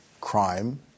crime